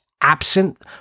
absent